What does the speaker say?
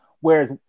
Whereas